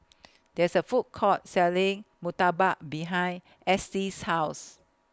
There IS A Food Court Selling Murtabak behind Estie's House